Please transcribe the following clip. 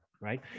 Right